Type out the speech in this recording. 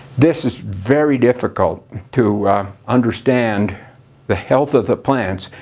this is very difficult to understand the health of the plants.